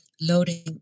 loading